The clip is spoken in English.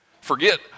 Forget